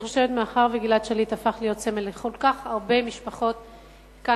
מאחר שגלעד שליט הפך להיות סמל לכל כך הרבה משפחות כאן,